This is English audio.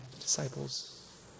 disciples